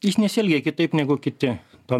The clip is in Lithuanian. jis nesielgė kitaip negu kiti to